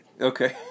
Okay